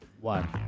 One